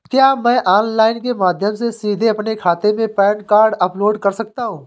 क्या मैं ऑनलाइन के माध्यम से सीधे अपने खाते में पैन कार्ड अपलोड कर सकता हूँ?